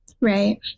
right